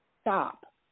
stop